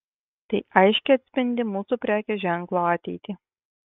tai aiškiai atspindi mūsų prekės ženklo ateitį